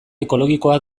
ekologikoa